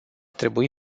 trebui